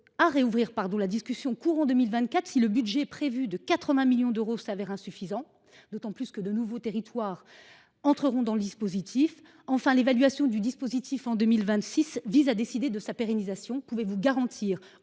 à rouvrir la discussion courant 2024 si le budget prévu de 80 millions d’euros s’avère insuffisant ? Cette question se pose d’autant plus que de nouveaux territoires entreront dans le dispositif. Deuxièmement, l’évaluation du dispositif en 2026 vise à décider de sa pérennisation. Pouvez vous,